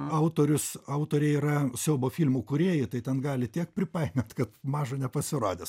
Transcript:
autorius autorė yra siaubo filmų kūrėja tai ten gali tiek pripainiot kad maža nepasirodys